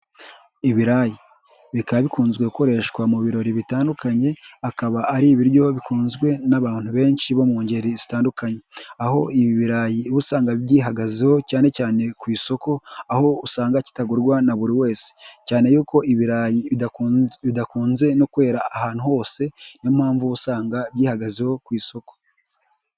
Ibirayi bikaba bikunze gukoreshwa mu birori bitandukanye, akaba ari ibiryo bikunzwe n'abantu benshi bo mu ngeri zitandukanye, aho ibi birarayi usanga byihagazeho cyane cyane ku isoko, aho usanga kitagurwa na buri wese, cyane y'uko ibirayi bidakunze no kwera ahantu hose, niyo mpamvu usanga byihagazeho ku isoko.